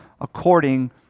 according